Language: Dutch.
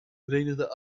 verenigde